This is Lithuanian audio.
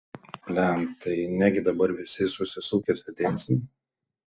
pliam tai negi dabar visi susisukę sėdėsim